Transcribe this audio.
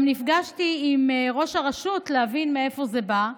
גם נפגשתי עם ראש הרשות להבין מאיפה זה בא,